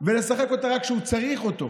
ולשחק אותה רק כשהוא צריך אותו.